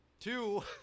Two